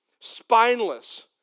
spineless